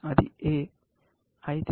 అది A అయితే